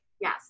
Yes